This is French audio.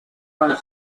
vingt